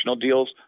deals